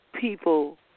People